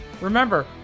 Remember